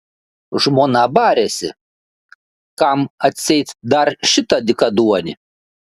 žmona barėsi kam atseit dar šitą dykaduonį